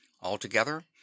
Altogether